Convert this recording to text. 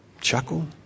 Chuckle